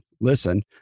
listen